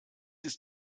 ist